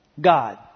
God